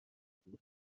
بود